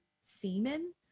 semen